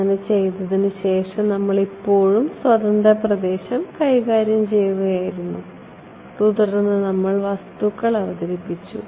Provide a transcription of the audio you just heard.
അങ്ങനെ ചെയ്തതിനുശേഷം നമ്മൾ ഇപ്പോഴും സ്വതന്ത്ര പ്രദേശം കൈകാര്യം ചെയ്യുകയായിരുന്നു തുടർന്ന് നമ്മൾ വസ്തുക്കൾ അവതരിപ്പിച്ചു